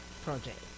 Project